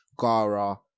Gara